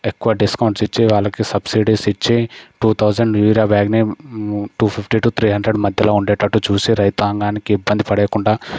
ఎక్కువ డిస్కౌంట్స్ ఇచ్చి వాళ్ళకి సబ్సిడీస్ ఇచ్చి టూ తౌసండ్ యూరియా బ్యాగ్ని two fifty to three hundred మధ్యలో ఉండేటట్టు చూసి రైతాంగానికి ఇబ్బంది పడేకుండా